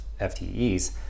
FTEs